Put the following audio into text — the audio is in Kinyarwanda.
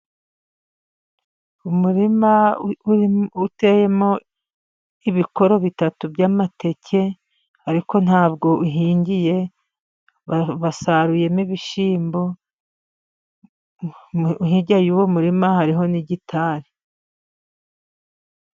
Umurima utemo ibikoro bitatu by'amateke, ariko nta bwo uhingiye, basaruyemo ibishyimbo, hirya y'uwo murima hariho n'igitari.